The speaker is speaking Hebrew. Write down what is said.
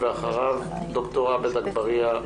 ואחריו ד"ר עבד אגבאריה,